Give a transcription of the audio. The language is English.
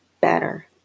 better